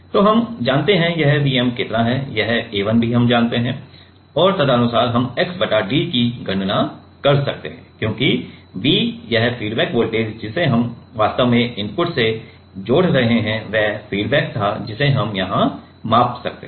तो हम जानते हैं कि यह Vm कितना हैं यह A1 भी हम जानते हैं और तदनुसार हम x बटा d की गणना कर सकते हैं क्योंकि V यह फीडबैक वोल्टेज जिसे हम वास्तव में इनपुट से जोड़ रहे हैं वह फीडबैक था जिसे हम यहाँ मापें सकते हैं